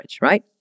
right